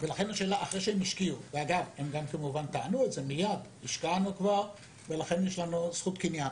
אחרי שהם השקיעו הם טענו שמכיוון שהשקיעו יש להם זכות קניין.